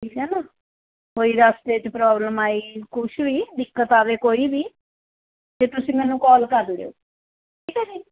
ਠੀਕ ਹੈ ਨਾ ਕੋਈ ਰਸਤੇ 'ਚ ਪ੍ਰੋਬਲਮ ਆਈ ਕੁਛ ਵੀ ਦਿੱਕਤ ਆਵੇ ਕੋਈ ਵੀ ਫਿਰ ਤੁਸੀਂ ਮੈਨੂੰ ਕੋਲ ਕਰ ਲਿਓ ਠੀਕ ਹੈ ਜੀ